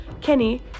Kenny